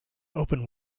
open